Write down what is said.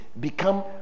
become